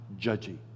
judgy